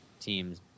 team's